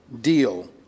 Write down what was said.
deal